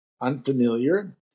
unfamiliar